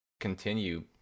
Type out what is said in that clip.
continue